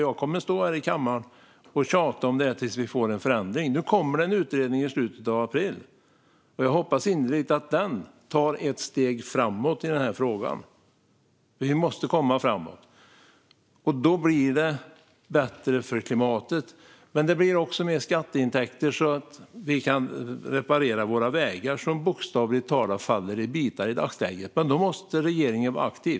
Jag kommer att stå här i kammaren och tjata om detta tills vi får en förändring. Nu kommer det en utredning i slutet av april. Jag hoppas innerligt att den tar ett steg framåt i denna fråga. Vi måste komma framåt. Då blir det bättre för klimatet, och det blir också mer skatteintäkter så att vi kan reparera våra vägar som i dagsläget bokstavligt talat faller i bitar. Men då måste regeringen vara aktiv.